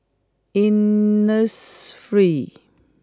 Innisfree